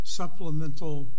supplemental